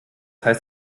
heißt